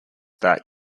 that